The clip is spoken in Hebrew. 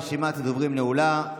רשימת הדוברים נעולה.